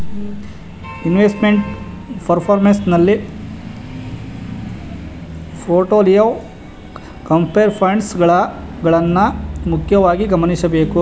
investment performance ನಲ್ಲಿ portfolio, compare funds ಗಳನ್ನ ಮುಖ್ಯವಾಗಿ ಗಮನಿಸಬೇಕು